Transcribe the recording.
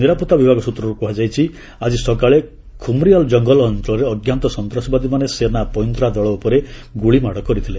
ନିରାପତ୍ତା ବିଭାଗ ସ୍ଚତ୍ରରୁ କୁହାଯାଇଛି ଆଜି ସକାଳେ ଖୁମ୍ରିୟାଲ୍ ଜଙ୍ଗଲ ଅଞ୍ଚଳରେ ଅଜ୍ଞାତ ସନ୍ତାସବାଦୀମାନେ ସେନା ପଇଁତରା ଦଳ ଉପରେ ଗୁଳିମାଡ଼ କରିଥିଲେ